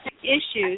issues